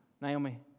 Naomi